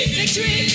victory